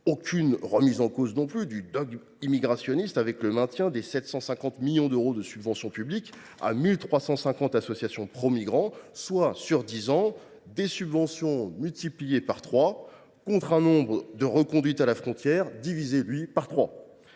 aucune remise en cause non plus du dogme immigrationniste : vous maintenez les 750 millions d’euros de subventions publiques à 1 350 associations pro migrants, soit, sur dix ans, des subventions multipliées par trois pour un nombre de reconduites à la frontière divisé,